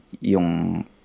yung